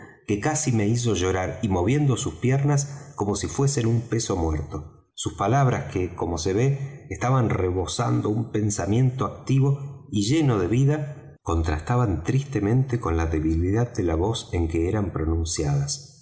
que casi me hizo llorar y moviendo sus piernas como si fuesen un peso muerto sus palabras que como se ve estaban rebosando un pensamiento activo y lleno de vida contrastaban tristemente con la debilidad de la voz en que eran pronunciadas